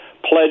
pledge